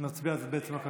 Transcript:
אז נצביע בעצם על כלכלה.